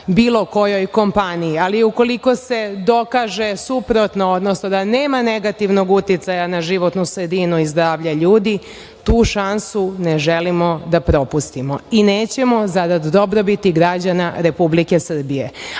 bilo kojoj kompaniji. Ukoliko se dokaže suprotno, odnosno da nema negativnog uticaja na životnu sredinu i zdravlje ljudi tu šansu ne želimo da propustimo i nećemo zarad dobrobiti građana Republike Srbije,